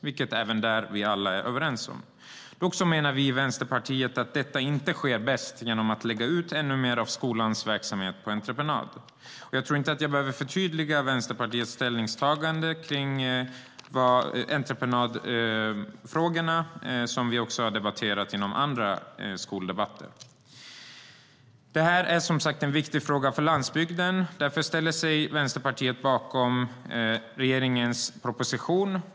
Även där är vi alla överens. Vi i Vänsterpartiet menar dock att detta inte sker bäst genom att man lägger ut ännu mer av skolans verksamhet på entreprenad. Jag tror inte att jag behöver förtydliga Vänsterpartiets ställningstagande i entreprenadfrågorna, som vi har debatterat i andra skoldebatter. Det här är som sagt en viktig fråga för landsbygden. Därför ställer sig Vänsterpartiet bakom regeringens proposition.